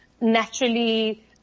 naturally